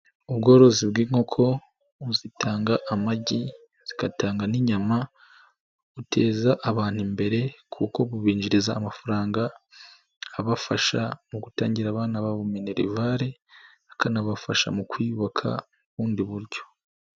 Ubworozi bw'inkoko zitanga amagi, zigatanga n'inyama, buteza abantu imbere kuko bubinjiriza amafaranga abafasha mu gutangira abana ba minerivari, akanabafasha mu kwiyubaka mu bundi buryo.